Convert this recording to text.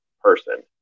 person